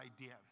idea